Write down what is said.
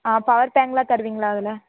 ஆ power பேங்க்குலாம் தருவிங்களா அதில்